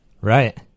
Right